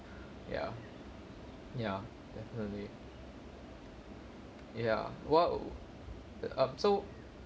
ya ya definitely ya !whoa! the um so